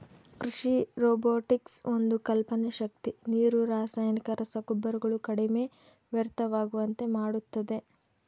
ಕೃಷಿ ರೊಬೊಟಿಕ್ಸ್ ಒಂದು ಕಲ್ಪನೆ ಶಕ್ತಿ ನೀರು ರಾಸಾಯನಿಕ ರಸಗೊಬ್ಬರಗಳು ಕಡಿಮೆ ವ್ಯರ್ಥವಾಗುವಂತೆ ಮಾಡುತ್ತದೆ